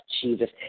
jesus